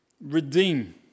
Redeem